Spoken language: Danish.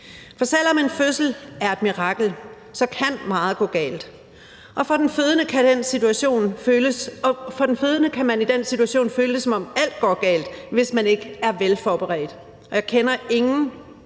For selv om en fødsel er et mirakel, så kan meget gå galt, og for den fødende kan man i den situation føle det, som om alt går galt, hvis man ikke er velforberedt, og jeg kender ingen